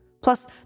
Plus